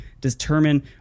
determine